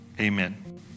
Amen